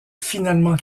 finalement